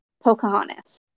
Pocahontas